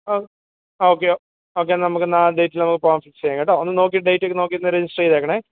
ആ okay okay നമുക്ക് എന്നാൽ ആ ഡേറ്റിനങ്ങ് പോകാം ഫിക്സ് ചെയ്യാം കേട്ടോ ഒന്ന് നോക്കി ഡേറ്റ് ഒക്കെ നോക്കിയിട്ട് ഒന്ന് രജിസ്റ്റർ ചെയ്തേക്കണേ